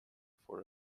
for